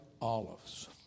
olives